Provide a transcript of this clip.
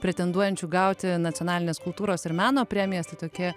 pretenduojančių gauti nacionalinės kultūros ir meno premijas tai tokia